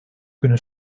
günü